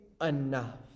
enough